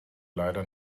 leider